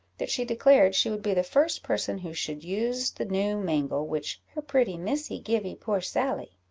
that she declared she would be the first person who should use the new mangle which her pretty missy givee poor sally.